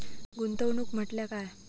गुंतवणूक म्हटल्या काय?